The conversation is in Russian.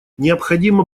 необходимо